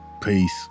Peace